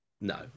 no